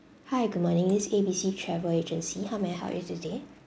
hi good morning is A B C travel agency how may I help you today